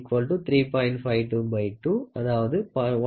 52 2 1